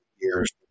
years